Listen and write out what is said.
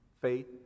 Faith